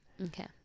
okay